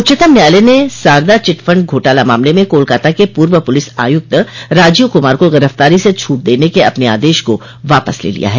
उच्चतम न्यायलय ने सारदा चिटफंड घोटाला मामले मं कोलकाता के पूर्व पुलिस आयुक्त राजीव कुमार को गिरफ्तारी से छूट देने के अपने आदेश को वापस ले लिया है